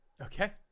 okay